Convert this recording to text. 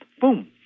Boom